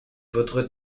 votre